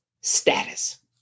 status